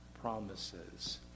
Promises